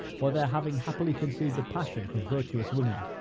by their having happily conceived a passion for virtuous women.